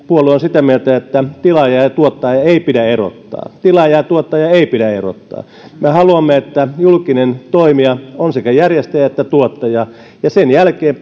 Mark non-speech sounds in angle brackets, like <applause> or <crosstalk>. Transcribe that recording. puolue on sitä mieltä että tilaajaa ja tuottajaa ei pidä erottaa tilaajaa ja tuottajaa ei pidä erottaa me haluamme että julkinen toimija on sekä järjestäjä että tuottaja ja sen jälkeen <unintelligible>